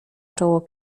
czoło